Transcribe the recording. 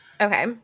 Okay